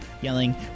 yelling